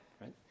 right